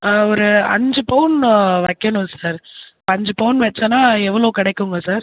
ஒரு அஞ்சு பவுன் வைக்கணும் சார் அஞ்சு பவுன் வச்சோனா எவ்வளோ கிடைக்குங்க சார்